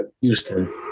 Houston